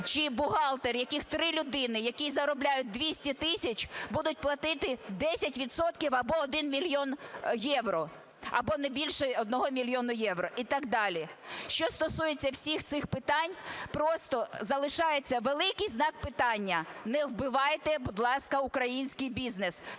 чи бухгалтер, яких 3 людини, які заробляють 200 тисяч, будуть платити 10 відсотків або 1 мільйон євро? Або не більше 1 мільйону євро і так далі. Що стосується всіх цих питань, просто залишається великий знак питання. Не вбивайте, будь ласка, український бізнес.